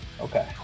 Okay